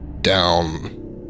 down